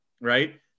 right